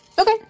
Okay